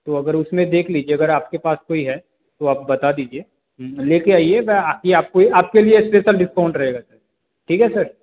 तो अगर उस में देख लीजिए अगर आपके पास कोई है तो आप बता दीजिए ले कर आइए मैं अभी आपकी आपको आपके लिए स्पेशल डिस्काउंट रहेगा सर ठीक है सर